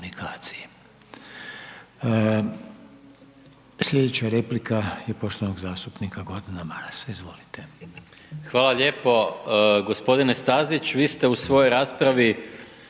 Sljedeća replika je poštovanog zastupnika Gordana Marasa. Izvolite. **Maras, Gordan (SDP)** Hvala lijepo. Gospodine Stazić, vi ste u svojoj raspravi